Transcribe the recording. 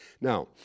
Now